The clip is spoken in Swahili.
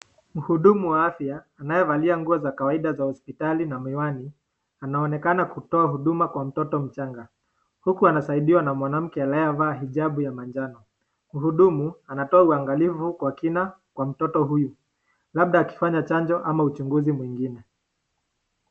Mhudumu wa afya anayevalia nguo za kawaida za hospitali na miwani. Anaonekana kutoka huduma kwa mtoto mchanga huku anasaidiwa na mwanamke anayevaa hijabu ya manjano. Mhudumu anatoa uangalifu kwa kina kwa mtoto huyu labda akifanya chanjo ama uchunguzi mwingine.